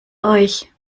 euch